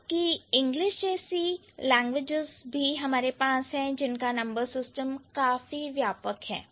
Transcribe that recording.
जबकि इंग्लिश जैसी भाषाएं भी हमारे पास है जिसका नंबर सिस्टम काफी व्यापक है